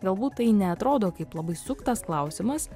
galbūt tai neatrodo kaip labai suktas klausimas